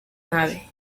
nave